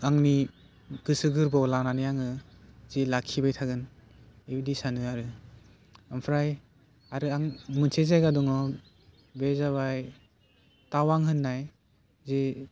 आंनि गोसो गोरबोआव लानानै आङो जि लाखिबाय थागोन बिबायदि सानो आरो आमफ्राय आरो आं मोनसे जागा दङ बे जाबाय टावां होन्नाय जि